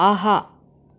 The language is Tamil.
ஆஹா